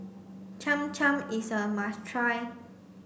Cham Cham is a must try